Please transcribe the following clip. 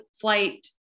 flight